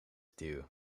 due